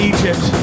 Egypt